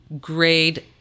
grade